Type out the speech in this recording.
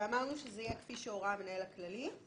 אמרנו שזה יהיה כפי שהורה המנהל הכללי.